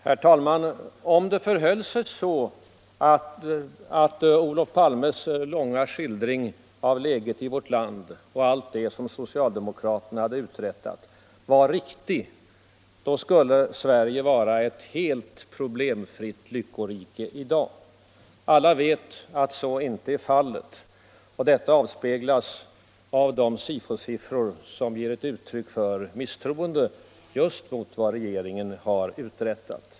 Herr talman! Om det förhöll sig så att Olof Palmes långa skildring av läget i vårt land och allt det som socialdemokraterna har uträttat var riktig, så skulle Sverige i dag vara ett helt problemfritt lyckorike. Men alla vet att så inte är fallet. Och detta avspeglas i de SIFO-siffror som givit uttryck för misstroende just mot vad regeringen har uträttat.